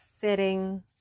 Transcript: sitting